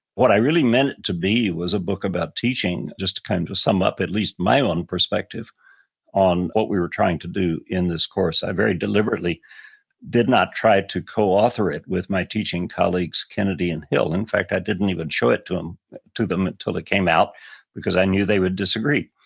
what i really meant it to be was a book about teaching, just to kind of sum up at least my own perspective on what we were trying to do in this course. i very deliberately did not try to co-author it with my teaching colleagues, kennedy and hill. in fact, i didn't even show it to them to them until it came out because i knew they would disagree,